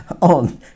on